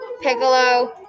Piccolo